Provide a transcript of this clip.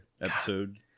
Episode